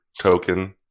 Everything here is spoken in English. token